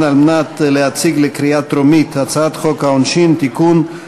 על מנת להציג לקריאה טרומית את הצעת חוק העונשין (תיקון,